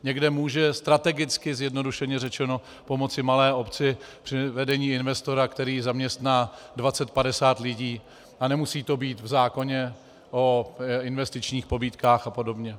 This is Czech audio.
Někde může strategicky, zjednodušeně řečeno, pomoci malé obci přivedení investora, který zaměstná 20 až 50 lidí, a nemusí to být v zákoně o investičních pobídkách a podobně.